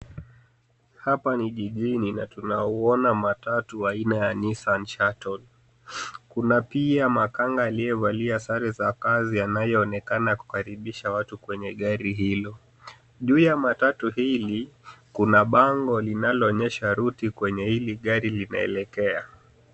Hapa ni jijini na tunauona matatu aina ya Nissan Shuttle. Kuna pia makanga aliyevalia sare za kazi anayeonekana kukaribisha watu kwenye gari hilo. Juu ya matatu hili kuna bango linaloonyesha ruti kwenye hili gari linaelekea.